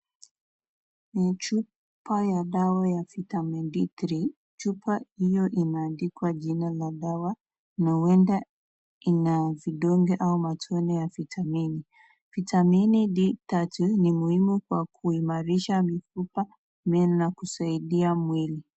Ni chupa ya dawa ya vitamini D3. Chupa hiyo inaandikwa jina la dawa na huenda ina vidonge au matone ya vitamini. Vitamini D3 ni muhimu kwa kuimarisha mifupa, meno na kusaidia mwili.